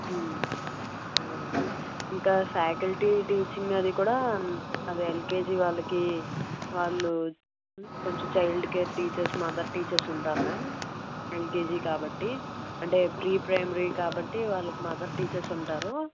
అదే మ్యామ్ ఇంకా faculty teaching అది కూడా అదే ఎల్కేజి వాళ్ళకి వాళ్ళు కొంచెం child care teachers mother teachers ఉంటారు మ్యామ్ ఎల్కేజి కాబట్టి అంటే ప్రీ ప్రైమరీ కాబట్టి వాళ్ళకి మదర్ టీచర్స్ ఉంటారు